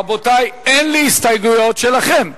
רבותי, אין לי הסתייגויות שלכם.